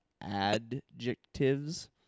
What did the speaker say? Adjectives